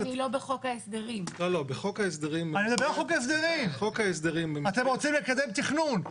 אתם רוצים לקדם תכנון.